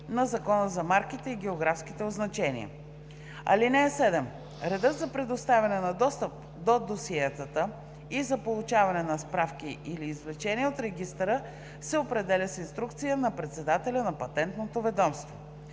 на Закона за марките и географските означения. (7) Редът за предоставяне на достъп до досиетата и за получаване на справки или извлечения от регистъра се определя с инструкция на председателя на Патентното ведомство.